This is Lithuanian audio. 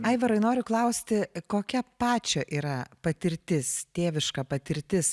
aivarai noriu klausti kokia pačio yra patirtis tėviška patirtis